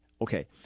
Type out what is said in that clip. Okay